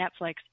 Netflix